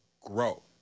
grow